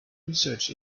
research